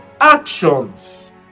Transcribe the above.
actions